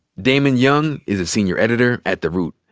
damon young is a senior editor at the root,